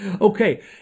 okay